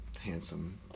handsome